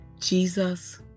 Jesus